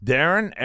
Darren